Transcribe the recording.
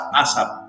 asap